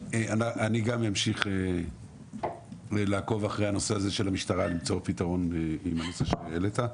אני גם אמשיך לעקוב אחרי הנושא הזה של המשטרה למצוא פתרון לנושא שהעלית.